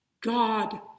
God